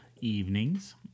Evenings